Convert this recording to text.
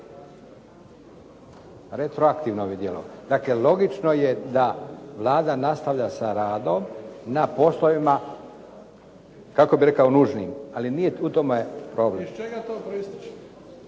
retroaktivno. Dakle, logično je da Vlada nastavlja sa radom na poslovima kako bih rekao nužnim, ali nije u tome problem. **Bebić,